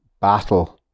battle